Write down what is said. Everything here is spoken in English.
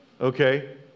Okay